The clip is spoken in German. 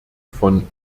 von